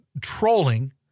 trolling